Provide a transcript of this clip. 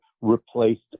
replaced